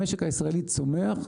המשק הישראלי צומח,